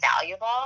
valuable